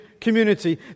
community